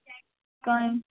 کامہِ